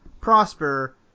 prosper